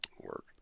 work